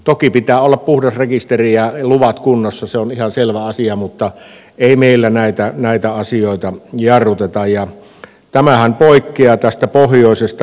toki pitää olla puhdas rekisteri ja luvat kunnossa se on ihan selvä asia mutta ei meillä näitä asioita jarruteta ja tämähän poikkeaa tästä pohjoisesta metsästysoikeudesta nyt